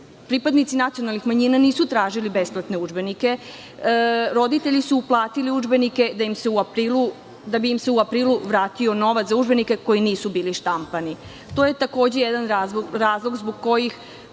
pripadnici nacionalnih manjina, nisu tražili besplatne udžbenike. Roditelji su platili udžbenike da bi im se u aprilu vratio novac za udžbenike koji nisu bili štampani. To je takođe jedan razlog zbog kojih